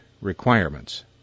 requirements